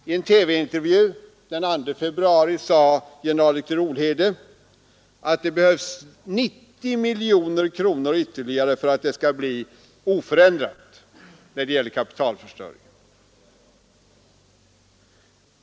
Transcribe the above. I en TV-intervju den 2 februari sade generaldirektör Olhede att det behövs 90 miljoner kronor ytterligare för att kapitalförstöringen skall kunna hållas oförändrad.